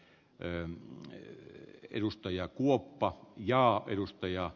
he eivät edusta ja kuoppa ja edustaja